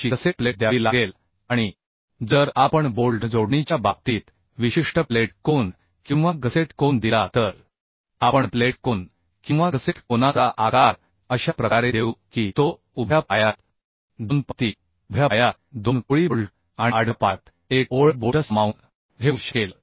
ची gusset plate द्यावी लागेल आणि जर आपण बोल्ट जोडणीच्या बाबतीत विशिष्ट प्लेट कोन किंवा गसेट कोन दिला तर आपण प्लेट कोन किंवा गसेट कोनाचा आकार अशा प्रकारे देऊ की तो उभ्या पायात दोन पंक्ती उभ्या पायात दोन ओळी बोल्ट आणि आडव्या पायात एक ओळ बोल्ट सामावून घेऊ शकेल